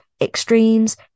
extremes